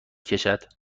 کشد